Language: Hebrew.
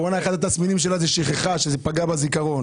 אחד התסמינים של הקורונה הוא שכחה וזה פגע בזיכרון.